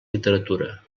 literatura